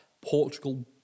Portugal